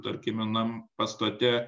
tarkime nam pastate